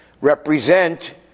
represent